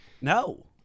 No